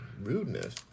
rudeness